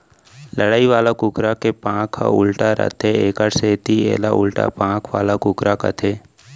लड़ई वाला कुकरा के पांख ह उल्टा रथे एकर सेती एला उल्टा पांख वाला कुकरा कथें